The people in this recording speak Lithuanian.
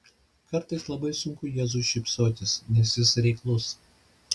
kartais labai sunku jėzui šypsotis nes jis reiklus